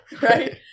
right